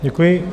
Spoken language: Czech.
Děkuji.